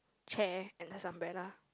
chair and there's umbrella